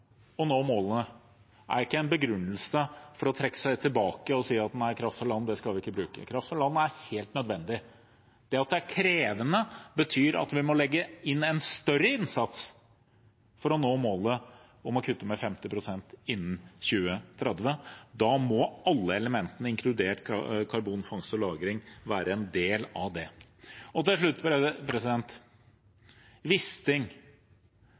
nå målene, er ikke en begrunnelse for å trekke seg tilbake og si at vi ikke skal bruke kraft fra land. Kraft fra land er helt nødvendig. At det er krevende, betyr at vi må legge inn en større innsats for å nå målet om å kutte med 50 pst. innen 2030. Da må alle elementene, inkludert karbonfangst- og lagring, være en del av det. Og til slutt: